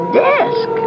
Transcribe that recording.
desk